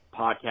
podcast